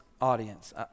audience